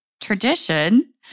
tradition